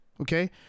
Okay